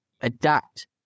adapt